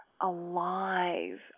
alive